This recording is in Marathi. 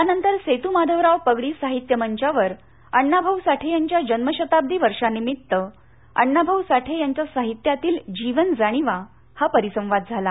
यानंतर सेतुमाधवराव पगडी साहित्य मंचावर अण्णाभाऊ साठे यांच्या जन्मशताब्दी वर्षानिमित्त अण्णाभाऊ साठे यांच्या साहित्यातील जीवन जाणीवा हा परिसंवाद झाला